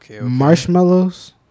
Marshmallows